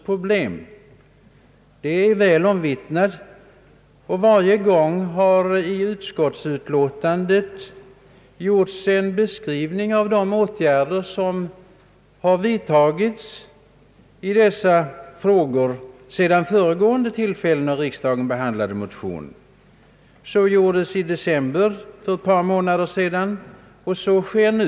Problemen är väl omvittnade, och vid varje tillfälle frågan behandlats har i utskottsutlåtandet gjorts en beskrivning av de åtgärder som vidtagits sedan föregående behandling av motionerna. Så gjordes i december, alltså för ett par månader sedan, och så sker nu.